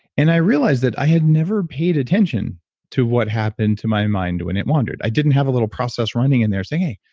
and i realized that i had never paid attention to what happened to my mind when it wandered. i didn't have a little process running in there saying, hey,